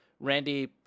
randy